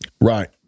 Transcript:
Right